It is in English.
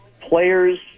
players